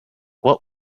what